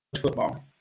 football